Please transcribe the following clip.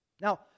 Now